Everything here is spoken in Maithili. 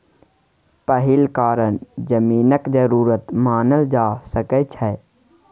पहिल कारण जमीनक जरूरत मानल जा सकइ छै